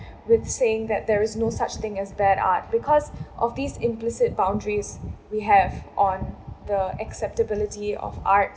with saying that there is no such thing as bad art because of these implicit boundaries we have on the acceptability of art